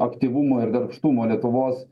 aktyvumo ir darbštumo lietuvos